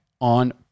on